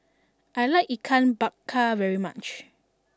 I like Ikan Bakar very much